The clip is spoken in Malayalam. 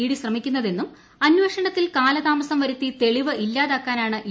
്ഡി ശ്രമിക്കുന്നതെന്നും അന്വേഷണത്തിൽ കാലതാമസം വരുത്തി തെളിവ് ഇല്ലാതാക്കാനാണ് ഇ